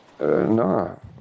no